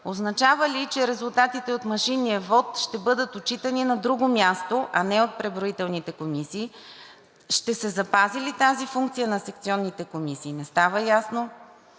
Означава ли, че резултатите от машинния вот ще бъдат отчитани на друго място, а не от преброителните комисии? Ще се запази ли тази функция на секционните комисии? Не става ясно.